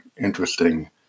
interesting